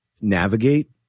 navigate